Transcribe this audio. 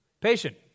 Patient